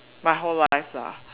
my whole life lah